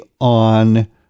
on